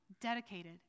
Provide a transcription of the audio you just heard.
dedicated